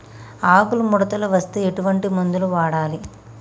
ఆకులు ముడతలు వస్తే ఎటువంటి మందులు వాడాలి?